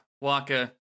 Waka